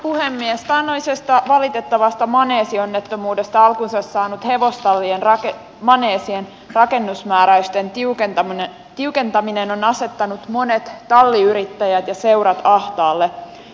taannoisesta valitettavasta maneesionnettomuudesta alkunsa saanut hevostallien maneesien rakennusmääräysten tiukentaminen on asettanut monet talliyrittäjät ja seurat ahtaalle